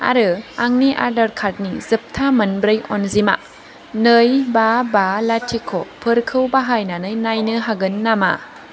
आरो आंनि आदार कार्डनि जोबथा मोनब्रै अनजिमा नै बा बा लाथिख'फोरखौ बाहायनानै नायनो हागोन नामा